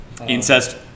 Incest